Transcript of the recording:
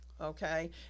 okay